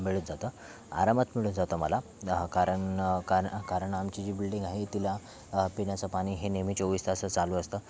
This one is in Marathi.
मिळत जातं आरामात मिळून जातं मला कारण कार कारण आमची जी बिल्डिंग आहे तिला पिण्याचं पाणी हे नेहमी चोवीस तास चालू असतं